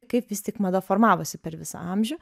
kaip vis tik mada formavosi per visą amžių